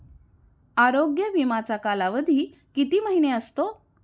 आरोग्य विमाचा कालावधी किती महिने असतो?